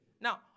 Now